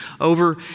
over